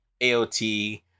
aot